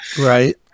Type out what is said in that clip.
Right